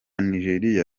nigeria